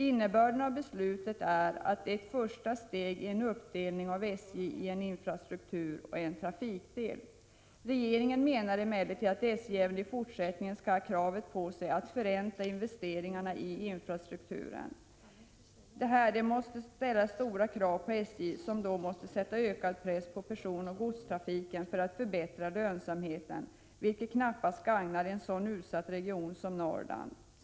Innebörden av beslutet är i ett första steg en uppdelning av 75 SJ i en infrastrukturoch en trafikdel. Regeringen menar emellertid att SJ även i fortsättningen skall ha kravet på sig att förränta investeringarna i infrastrukturen. Detta medför stora krav på SJ, som då måste sätta ökad press på personoch godstrafiken för att förbättra lönsamheten, vilket knappast gagnar en sådan utsatt region som Norrland.